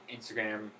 Instagram